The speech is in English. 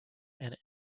and